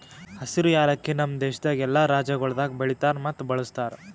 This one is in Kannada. ಹಸಿರು ಯಾಲಕ್ಕಿ ನಮ್ ದೇಶದಾಗ್ ಎಲ್ಲಾ ರಾಜ್ಯಗೊಳ್ದಾಗ್ ಬೆಳಿತಾರ್ ಮತ್ತ ಬಳ್ಸತಾರ್